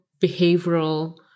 behavioral